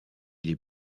les